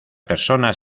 personas